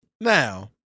Now